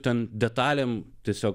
ten detalėm tiesiog